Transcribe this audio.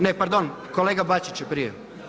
Ne, pardon, kolega Bačić je prije.